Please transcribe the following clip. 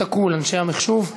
התשע"ו 2016,